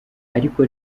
ariko